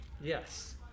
Yes